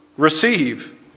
Receive